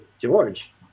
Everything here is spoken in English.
George